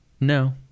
No